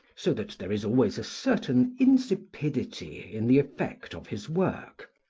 so that there is always a certain insipidity in the effect of his work,